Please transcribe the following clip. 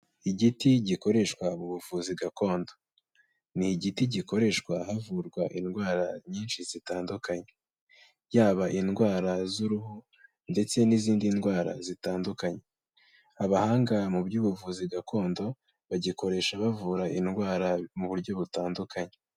Igiti gikoreshwa mu buvuzi gakondo, ni igiti gikoreshwa havurwa indwara nyinshi zitandukanye, yaba indwara z'uruhu ndetse n'izindi ndwara zitandukanye. Abahanga mu by'ubuvuzi gakondo bagikoresha bavura indwara mu buryo butandukanye.